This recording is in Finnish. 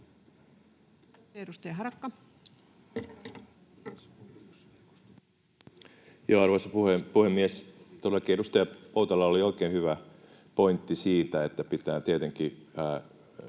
Arvoisa puhemies! Todellakin edustaja Poutalalla oli oikein hyvä pointti siitä, että pitää tietenkin